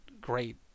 great